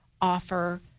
offer